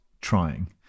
trying